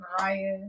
Mariah